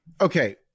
Okay